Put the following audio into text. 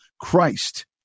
Christ